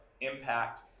impact